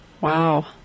Wow